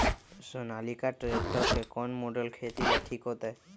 Sonalika tractor के कौन model खेती ला ठीक होतै?